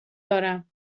دارم